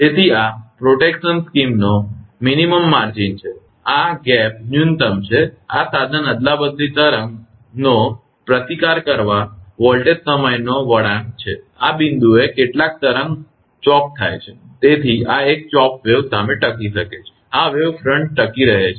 તેથી આ સંરક્ષણ યોજનાનો લઘુતમ ગાળો છે આ અંતર ન્યૂનતમ છે આ સાધન અદલાબદલી તરંગનો પ્રતિકાર કરવા વોલ્ટેજ સમયનો વળાંક છે આ બિંદુએ કેટલાક તરંગ અદલાબદલી થાય છે તેથી આ એક ચોપડ્ વેવ સામે ટકી શકે છે અને આ વેવ ફ્રન્ટ ટકી રહે છે